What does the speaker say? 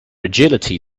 agility